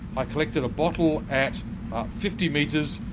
i collected a bottle at fifty metres,